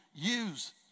Use